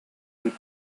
with